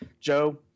Joe